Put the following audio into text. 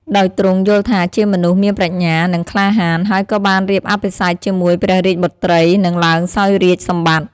ដោយទ្រង់យល់ថាជាមនុស្សមានប្រាជ្ញា និងក្លាហាន ហើយក៏បានរៀបអភិសេកជាមួយ ព្រះរាជបុត្រី និងឡើងសោយរាជ្យសម្បត្តិ។